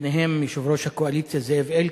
ביניהם יושב-ראש הקואליציה זאב אלקין,